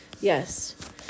yes